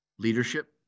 leadership